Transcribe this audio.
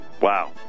Wow